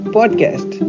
Podcast